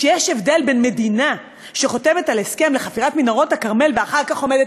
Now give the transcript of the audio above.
שיש הבדל בין מדינה שחותמת על הסכם לחפירת מנהרות הכרמל ואחר כך עמדת